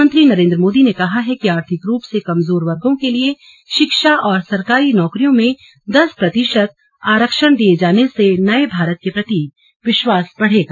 प्रधानमंत्री नरेन्द्र मोदी ने कहा है कि आर्थिक रूप से कमजोर वर्गों के लिए शिक्षा और सरकारी नौकरियों में दस प्रतिशत आरक्षण दिए जाने से नए भारत के प्रति विश्वास बढ़ेगा